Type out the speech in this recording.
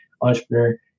entrepreneur